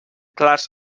clars